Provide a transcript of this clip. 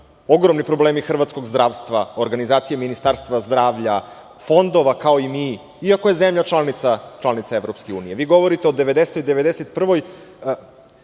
Ogromni problemi hrvatskog zdravstva, organizacije Ministarstva zdravlja, fondova kao i mi, iako je zemlja članica EU.Vi govorite o 1990.